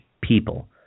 people